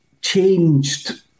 changed